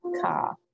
car